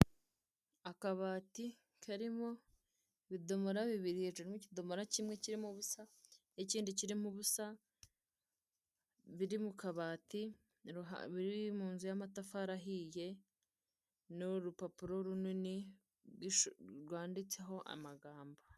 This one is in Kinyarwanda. Akabati karimo ibidomora bibiri n'ikidomara kimwe kirimo ubusa n'ikindi kirimo ubusa biri mu kabati, biri mu nzu y'amatafari ahiye n'urupapuro runini rwanditseho amagambo.